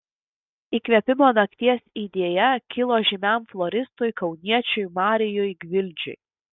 įkvėpimo nakties idėja kilo žymiam floristui kauniečiui marijui gvildžiui